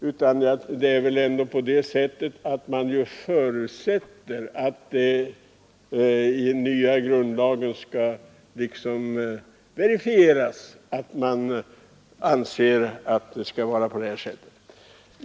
Utskottet förutsätter emellertid att denna tolkning skall verifieras i den nya grundlagen.